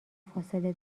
فاصله